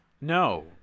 no